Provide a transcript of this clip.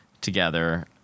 Together